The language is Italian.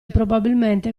probabilmente